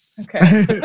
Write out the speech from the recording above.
Okay